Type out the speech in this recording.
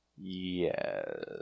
Yes